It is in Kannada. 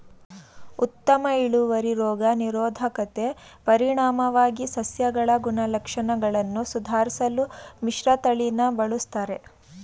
ಉತ್ತಮ ಇಳುವರಿ ರೋಗ ನಿರೋಧಕತೆ ಪರಿಣಾಮವಾಗಿ ಸಸ್ಯಗಳ ಗುಣಲಕ್ಷಣಗಳನ್ನು ಸುಧಾರ್ಸಲು ಮಿಶ್ರತಳಿನ ಬಳುಸ್ತರೆ